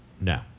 no